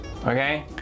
okay